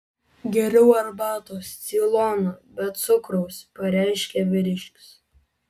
geriau arbatos ceilono be cukraus pareiškė vyriškis